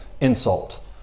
insult